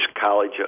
college